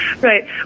Right